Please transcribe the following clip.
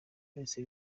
bahise